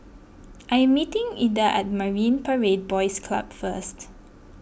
I am meeting Ilda at Marine Parade Boys Club first